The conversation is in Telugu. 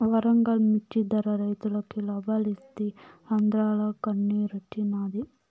వరంగల్ మిచ్చి ధర రైతులకి లాబాలిస్తీ ఆంద్రాల కన్నిరోచ్చినాది